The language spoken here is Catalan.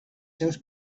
seus